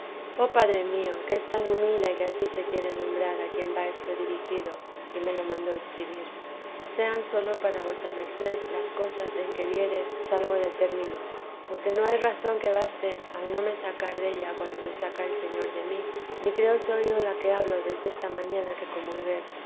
de haceros un pequeño servicio no sabe qué desee mas bien entiende que no desea otra cosa sino a vos oh padre mío que es tan humilde que ansí se quiere nombrar a quien va esto dirigido y me lo mandó escribir sean sólo para vuesa merced las cosas en que viere salgo de términos porque no hay razón que baste a no me sacar della cuando me saca el señor de mí ni creo soy yo la que hablo desde esta mañana que comulgué